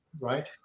right